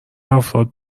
افراد